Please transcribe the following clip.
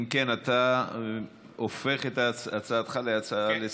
אם כן, אתה הופך את הצעתך להצעה רגילה לסדר-היום.